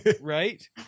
right